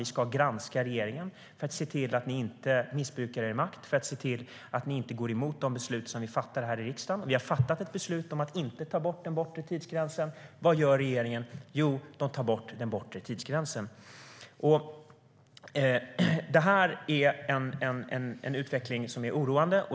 Vi ska granska er i regeringen för att se till att ni inte missbrukar er makt och för att se till att ni inte går emot de beslut som vi fattar här i riksdagen. Vi har fattat ett beslut om att inte ta bort den bortre tidsgränsen. Vad gör regeringen? Jo, den tar bort den bortre tidsgränsen. Det här är en utveckling som är oroande.